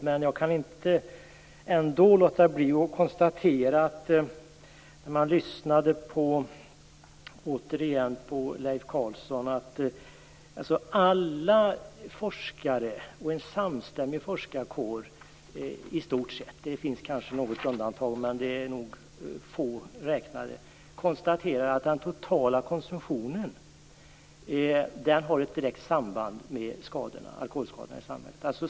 Men när jag lyssnar på Leif Carlson kan jag ändå inte låta bli att konstatera att i stort sett en samstämmig forskarkår - det finns kanske något undantag, men det är nog få i så fall - har slagit fast att den totala konsumtionen har ett direkt samband med alkoholskadorna i samhället.